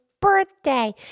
birthday